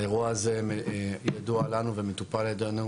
האירוע הזה ידוע לנו ומטופל על ידנו